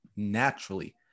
naturally